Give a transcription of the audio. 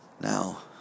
Now